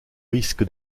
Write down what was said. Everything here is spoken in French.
risque